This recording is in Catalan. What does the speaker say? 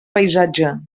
paisatge